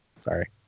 Sorry